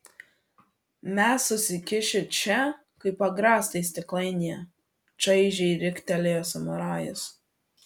mes susikišę čia kaip agrastai stiklainyje čaižiai riktelėjo samurajus